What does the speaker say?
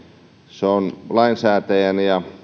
se on lainsäätäjien ja